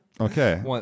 Okay